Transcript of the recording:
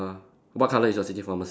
what colour is your city pharmacy